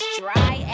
dry